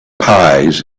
pies